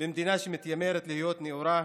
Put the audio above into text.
במדינה שמתיימרת להיות נאורה,